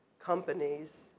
companies